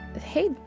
hey